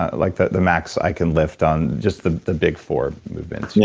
like the the max i can lift on just the the big four movements, yeah